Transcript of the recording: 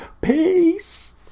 Peace